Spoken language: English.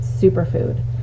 superfood